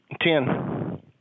Ten